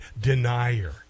denier